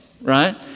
right